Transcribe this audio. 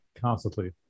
constantly